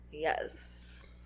Yes